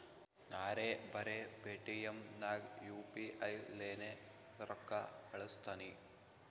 ನಾರೇ ಬರೆ ಪೇಟಿಎಂ ನಾಗ್ ಯು ಪಿ ಐ ಲೇನೆ ರೊಕ್ಕಾ ಕಳುಸ್ತನಿ